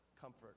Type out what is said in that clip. comfort